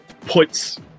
puts